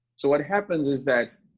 so, what happens is that,